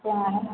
okay madam